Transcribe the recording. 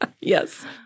Yes